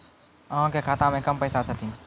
अहाँ के खाता मे कम पैसा छथिन?